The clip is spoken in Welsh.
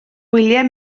wyliau